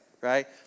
right